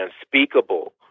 unspeakable